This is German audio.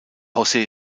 jose